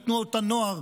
בתנועות הנוער,